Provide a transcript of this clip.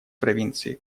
провинции